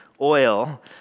oil